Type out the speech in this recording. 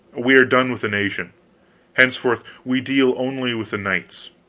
we are done with the nation henceforth we deal only with the knights.